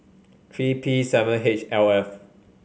three P seven H L F